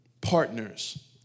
partners